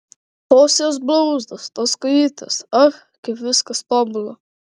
tos jos blauzdos tos kojytės ach kaip viskas tobula